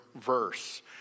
verse